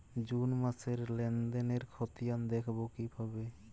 June মাসের লেনদেনের খতিয়ান দেখবো কিভাবে?